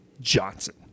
Johnson